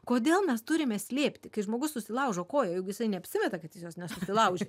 kodėl mes turime slėpti kai žmogus susilaužo koją jisai neapsimeta kad jis jos nesusilaužė